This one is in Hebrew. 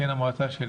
המועצה שלי,